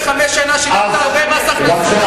ש-35 שנה שאתה שילמת הרבה מס הכנסה,